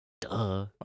Duh